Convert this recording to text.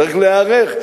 צריך להיערך.